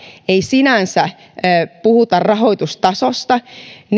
ei sinänsä puhuta rahoitustasosta